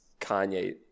Kanye